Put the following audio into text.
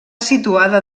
situada